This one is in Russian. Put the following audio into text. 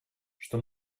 что